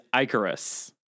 Icarus